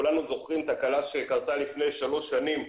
כולנו זוכרים תקלה שקרתה לפני שלוש שנים,